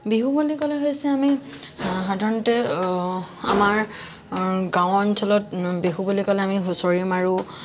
বিহু বুলি ক'লে হৈছে আমি সাধাৰণতে আমাৰ গাঁও অঞ্চলত বিহু বুলি ক'লে আমি হুঁচৰি মাৰো